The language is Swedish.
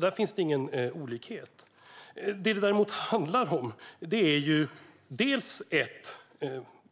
Där finns det ingen olikhet. Vad det däremot handlar om är